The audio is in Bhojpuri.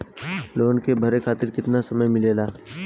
लोन के भरे खातिर कितना समय मिलेला?